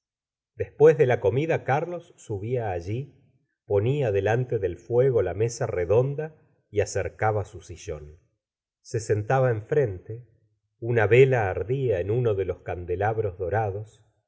después de la comida carlos subía alll ponia delante del fuego la mesa redonda y acercaba su sillón se sentaba enfrente una vela ardía en uno de los candelabros dorados